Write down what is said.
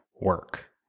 work